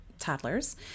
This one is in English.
toddlers